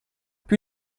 più